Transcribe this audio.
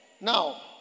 Now